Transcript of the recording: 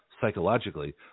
psychologically